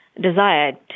desired